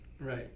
Right